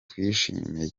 twishimiye